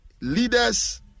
leaders